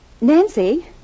Nancy